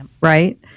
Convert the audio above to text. right